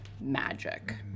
magic